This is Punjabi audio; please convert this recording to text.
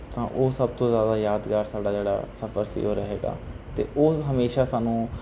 ਤਾਂ ਉਹ ਸਭ ਤੋਂ ਜ਼ਿਆਦਾ ਯਾਦਗਾਰ ਸਾਡਾ ਜਿਹੜਾ ਸਫ਼ਰ ਸੀ ਉਹ ਰਹੇਗਾ ਅਤੇ ਉਹ ਹਮੇਸ਼ਾ ਸਾਨੂੰ